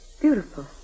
beautiful